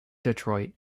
detroit